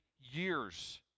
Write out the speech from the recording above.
years